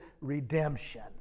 redemption